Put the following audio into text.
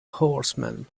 horsemen